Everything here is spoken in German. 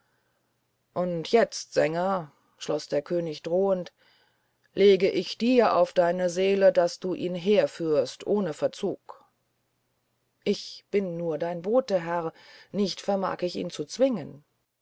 und jetzt sänger schloß der könig drohend lege ich dir auf deine seele daß du ihn herführst ohne verzug ich bin nur dein bote herr nicht vermag ich ihn zu zwingen